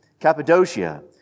Cappadocia